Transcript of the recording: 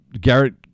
Garrett